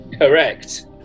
Correct